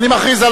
אני מכריז על